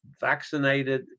vaccinated